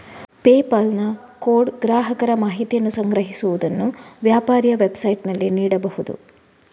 PayPal ನ code ಗ್ರಾಹಕರ ಮಾಹಿತಿಯನ್ನು ಸಂಗ್ರಹಿಸುವುದನ್ನು ವ್ಯಾಪಾರಿಯ ವೆಬ್ಸೈಟಿನಲ್ಲಿ ನೀಡಬಹುದು